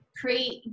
create